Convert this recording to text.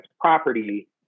property